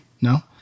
No